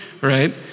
right